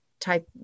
type